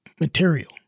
material